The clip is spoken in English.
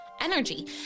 energy